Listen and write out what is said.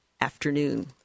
afternoon